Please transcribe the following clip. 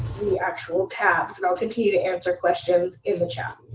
the actual tabs, and i'll continue to answer questions in the chat.